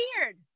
weird